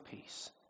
peace